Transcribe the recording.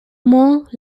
mont